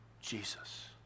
Jesus